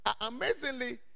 amazingly